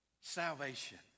salvation